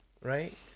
Right